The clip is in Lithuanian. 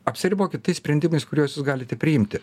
apsiribokit tai sprendimais kuriuos jūs galite priimti